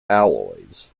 alloys